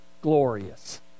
glorious